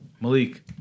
Malik